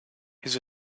his